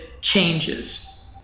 changes